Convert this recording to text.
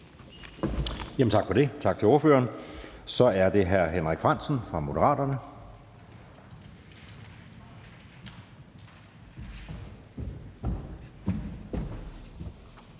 (Jeppe Søe): Tak til ordføreren. Så er det hr. Henrik Frandsen fra Moderaterne.